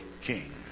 king